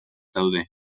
daude